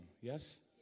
Yes